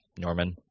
Norman